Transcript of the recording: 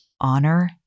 honor